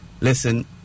Listen